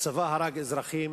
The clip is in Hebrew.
הצבא הרג אזרחים,